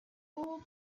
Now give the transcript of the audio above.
all